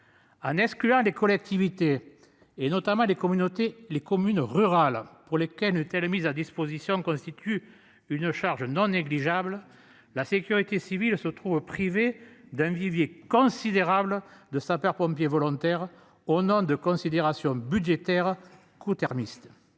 N'hein des collectivités et notamment les communautés les communes rurales pour lesquelles était la mise à disposition constitue une charge non négligeable. La sécurité civile se privé d'un vivier considérable de sapeurs-pompiers volontaires au nom de considérations budgétaires coût termistes.